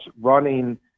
running